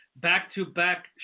back-to-back